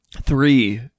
three